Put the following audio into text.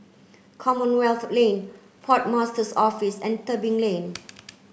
Commonwealth Lane Port Master's Office and Tebing Lane